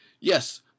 yes